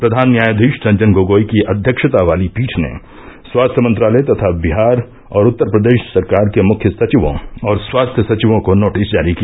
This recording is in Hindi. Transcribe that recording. प्रधान न्यायाधीश रंजन गोगोई की अध्यक्षता वाली पीठ ने स्वास्थ्य मंत्रालय तथा बिहार और उत्तर प्रदेश सरकार के मुख्य सचिवों और स्वास्थ्य सचिवों को नोटिस जारी किया